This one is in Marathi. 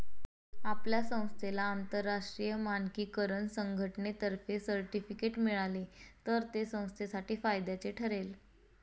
आपल्या संस्थेला आंतरराष्ट्रीय मानकीकरण संघटनेतर्फे सर्टिफिकेट मिळाले तर ते संस्थेसाठी फायद्याचे ठरेल